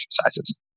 exercises